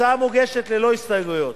ההצעה מוגשת ללא הסתייגויות,